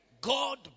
God